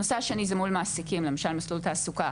נושא שני זה מול מעסיקים למשל מסלול תעסוקה